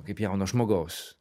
kaip jauno žmogaus